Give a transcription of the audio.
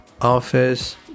office